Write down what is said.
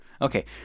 Okay